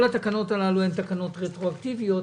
כל התקנות הללו הן תקנות רטרואקטיביות,